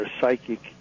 psychic